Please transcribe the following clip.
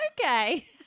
Okay